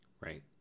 right